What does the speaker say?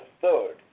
third